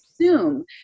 Assume